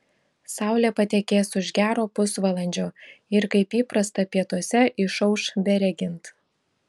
saulė patekės už gero pusvalandžio ir kaip įprasta pietuose išauš beregint